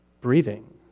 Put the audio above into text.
breathing